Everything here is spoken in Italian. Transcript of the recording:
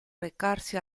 recarsi